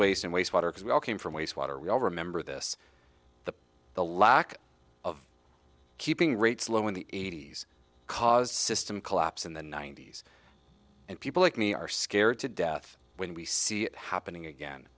waste and waste water because we all came from waste water we all remember this the the lack of keeping rates low in the eighty's cause system collapse in the ninety's and people like me are scared to death when we see it happening again